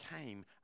came